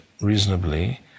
reasonably